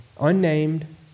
unnamed